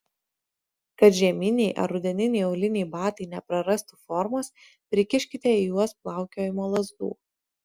kad žieminiai ar rudeniniai auliniai batai neprarastų formos prikiškite į juos plaukiojimo lazdų